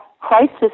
crisis